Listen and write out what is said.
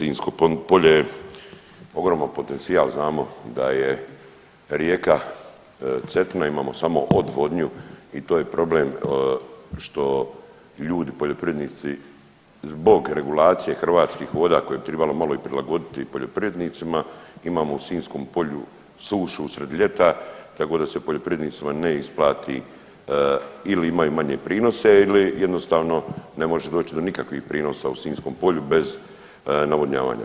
E Sinjsko polje je ogroman potencijal, znamo da je rijeka Cetina, imamo samo odvodnju i to je problem što ljudi poljoprivrednici zbog regulacije Hrvatskih voda koje bi tribalo malo i prilagoditi i poljoprivrednicima, imamo u Sinjskom polju sušu usred ljeta, tako da se poljoprivrednicima ne isplati ili imaju manje prinose ili jednostavno ne može doći do nikakvih prinosa u Sinjskom polju bez navodnjavanja.